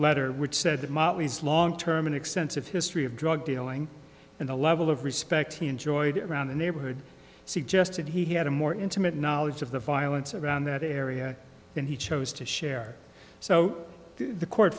letter which said mommy's long term and extensive history of drug dealing and a level of respect he enjoyed around the neighborhood suggested he had a more intimate knowledge of the violence around that area and he chose to share so the court